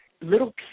little